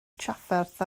trafferth